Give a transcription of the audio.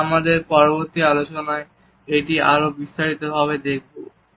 আমরা আমাদের পরবর্তী আলোচনায় একটি আরো বিস্তারিত ভাবে দেখব